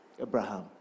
abraham